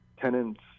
tenants